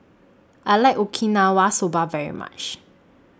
I like Okinawa Soba very much